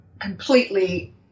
completely